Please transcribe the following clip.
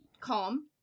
calm